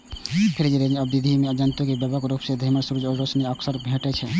free range विधि मे जीव जंतु कें व्यापक रूप सं घुमै आ सूर्यक रोशनी के अवसर भेटै छै